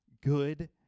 good